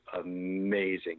amazing